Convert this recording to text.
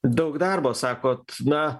daug darbo sakot na